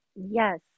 Yes